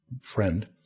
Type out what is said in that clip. friend